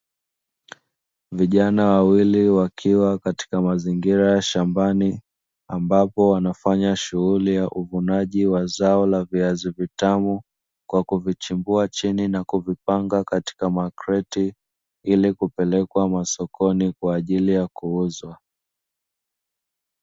Vijana wawili wakiwa katika mazingira ya shambani ambapo wanafanya kazi ya uvunaji wa zao la viazi vitamu, kwa kuvichimbua chini na kupanga katika makreti ili kupelekwa masokoni kwa ajili ya kuuzwa.